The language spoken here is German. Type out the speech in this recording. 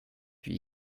wie